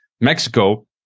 mexico